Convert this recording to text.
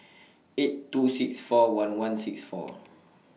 eight two six four one one six four